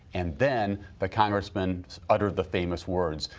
and then the congressman uttered the famous words,